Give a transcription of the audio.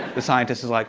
the scientist is like,